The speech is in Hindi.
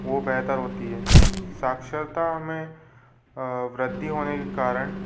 वो बेहतर होती है साक्षरता हमें वृद्धि होने के कारण